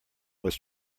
was